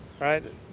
right